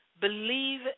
Believe